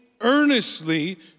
earnestly